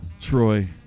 Troy